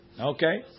Okay